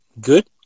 good